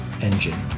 engine